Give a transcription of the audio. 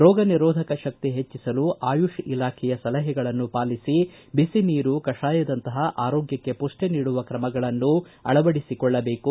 ರೋಗ ನಿರೋಧಕ ತಕ್ತಿ ಹೆಚ್ಚಿಸಲು ಆಯುಷ್ ಇಲಾಖೆಯ ಸಲಹೆಗಳನ್ನು ಪಾಲಿಸಿ ಬಿಸಿನೀರು ಕಷಾಯದಂತಹ ಆರೋಗ್ತಕ್ಕೆ ಮಹ್ಯ ನೀಡುವ ಕ್ರಮಗಳನ್ನು ಅಳವಡಿಸಿಕೊಳ್ಳಬೇಕು